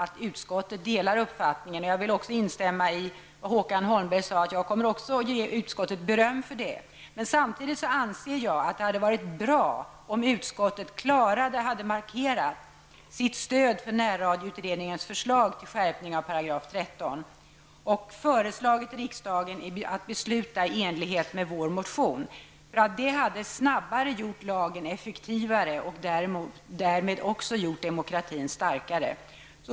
Liksom Håkan Holmberg kommer även jag att ge utskottet beröm för det. Men jag anser samtidigt att det hade varit bra om utskottet klarare hade markerat sitt stöd för närradioutredningens förslag till en skärpning av 13 § och föreslagit riksdagen att besluta i enlighet med vår motion. Det hade snabbare gjort lagen effektivare, och det hade därmed också gjort demokratin starkare.